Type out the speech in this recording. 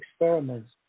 experiments